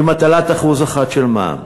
עם הטלת 1% של מע"מ.